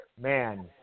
Man